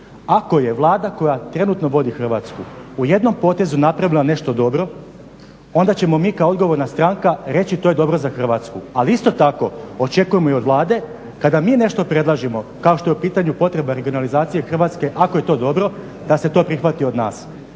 Ako je Vlada koja trenutno vodi Hrvatsku u jednom potezu napravila nešto dobro, onda ćemo mi kao odgovorna stranka reći, to je dobro za Hrvatsku. Ali isto tako očekujemo i od Vlade, kada mi nešto predložimo, kao što je u pitanju potreba regionalizacije Hrvatske ako je to dobro, da se to prihvati od nas.